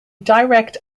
direct